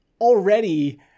already